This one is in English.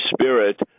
Spirit